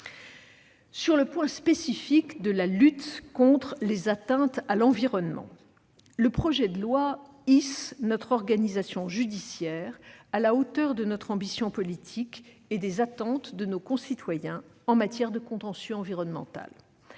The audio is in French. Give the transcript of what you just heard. Sur le point spécifique de la lutte contre les atteintes à l'environnement, le projet de loi hisse notre organisation judiciaire à la hauteur de notre ambition politique et des attentes de nos concitoyens en matière de contentieux environnemental.